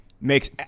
makes